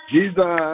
Jesus